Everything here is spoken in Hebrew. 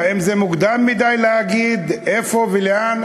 האם זה מוקדם מדי להגיד איפה ולאן?